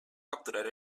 capturar